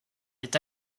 est